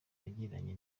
yagiranye